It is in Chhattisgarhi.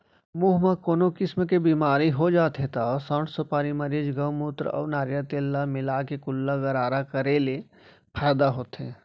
मुंह म कोनो किसम के बेमारी हो जाथे त सौंठ, सुपारी, मरीच, गउमूत्र अउ नरियर तेल ल मिलाके कुल्ला गरारा करे ले फायदा होथे